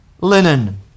linen